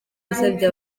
yasabye